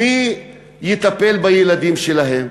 מי יטפל בילדים שלהן?